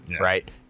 right